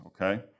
okay